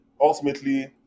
ultimately